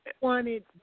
wanted –